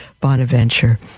Bonaventure